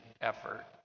effort